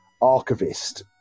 archivist